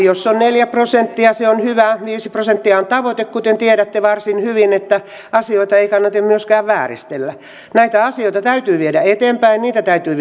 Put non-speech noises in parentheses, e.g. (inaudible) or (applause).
(unintelligible) jos on neljä prosenttia se on hyvä viisi prosenttia on tavoite kuten tiedätte varsin hyvin asioita ei tarvitse myöskään vääristellä näitä asioita täytyy viedä eteenpäin niitä täytyy (unintelligible)